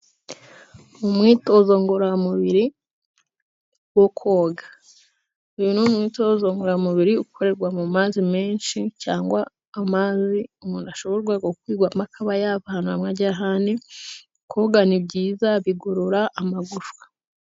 Umwitozo ngororamubiri wo koga .Uyu ni umwitozo ngororamubiri ukorerwa mu mazi menshi cyangwa amazi umuntu ashobora gukwirwamo akaba yava ahantu hamwe ajya ahandi koga ni byiza bigorora amagufwa.